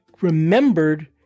remembered